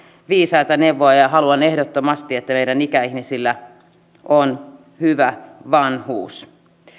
viisaita neuvoja ja ja haluan ehdottomasti että meidän ikäihmisillä on hyvä vanhuus